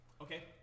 Okay